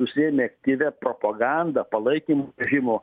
užsiėmė aktyvia propaganda palaikymu režimo